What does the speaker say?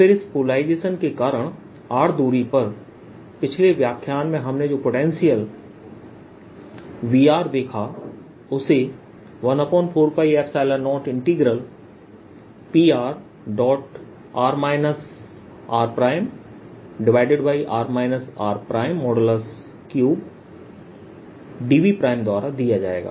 फिर इस पोलराइजेशन के कारणrदूरी पर पिछले व्याख्यान में हमने जो पोटेंशियल Vr देखा उसे 14π0Prr rr r3dVद्वारा दिया जाएगा